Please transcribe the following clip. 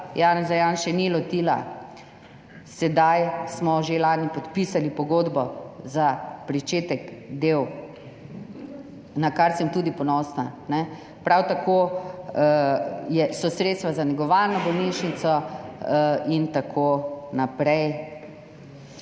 Janeza Janše ni lotila, že lani smo podpisali pogodbo za pričetek del, na kar sem tudi ponosna. Prav tako so sredstva za negovalno bolnišnico in tako naprej.